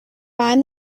find